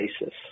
basis